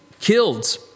killed